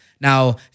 Now